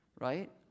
right